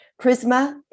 Prisma